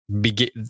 begin